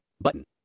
button